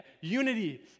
unity